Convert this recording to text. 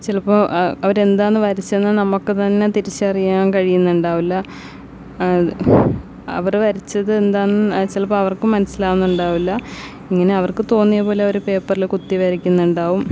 ചിലപ്പോൾ അവരെന്താണ് വരച്ചതെന്നു നമുക്ക് തന്നെ തിരിച്ചറിയാൻ കഴിയുന്നുണ്ടാകില്ല അവർ വരച്ചതെന്താണെന്ന് ചിലപ്പം അവർക്കും മനസ്സിലാകുന്നുണ്ടാകില്ല ഇങ്ങനെ അവർക്കു തോന്നിയപോലെ അവർ പേപ്പറിൽ കുത്തി വരയ്ക്കുന്നുണ്ടാകും